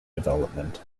development